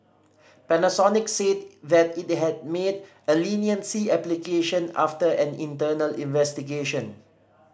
Panasonic said that it made a leniency application after an internal investigation